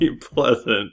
pleasant